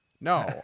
No